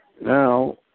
now